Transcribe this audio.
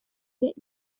get